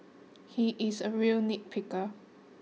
he is a real nitpicker